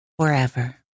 forever